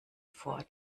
vor